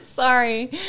Sorry